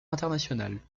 internationale